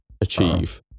Achieve